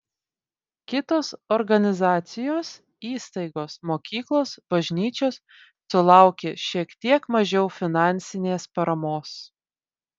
kitos organizacijos įstaigos mokyklos bažnyčios sulaukė šiek tiek mažiau finansinės paramos